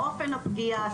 אופן הפגיעה,